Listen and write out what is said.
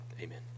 Amen